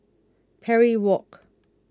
Parry Walk